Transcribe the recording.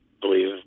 Believe